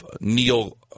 Neil